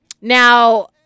now